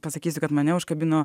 pasakysiu kad mane užkabino